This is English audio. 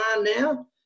now